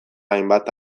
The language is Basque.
hainbat